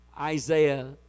Isaiah